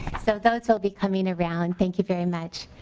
so those will be coming around. thank you very much.